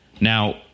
Now